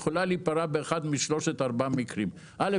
היא יכולה להיפרע באחד משלוש-ארבע מקרים: אחד,